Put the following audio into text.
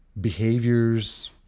behaviors